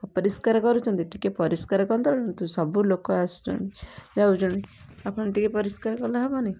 ଅପରିଷ୍କାର କରୁଛନ୍ତି ଟିକେ ପରିଷ୍କାର କନ୍ତରନ୍ତୁ ଆଉ ସବୁ ଲୋକ ଆସୁଛନ୍ତି ଯାଉଛନ୍ତି ଆପଣ ଟିକେ ପରିଷ୍କାର କଲେ ହବନି